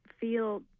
feel